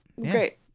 great